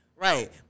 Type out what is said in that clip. Right